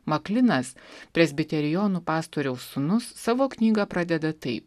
maklinas presbiterijonų pastoriaus sūnus savo knygą pradeda taip